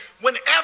Whenever